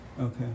Okay